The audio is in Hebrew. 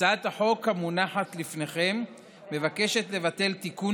הצעת החוק המונחת לפניכם מבקשת לבטל תיקון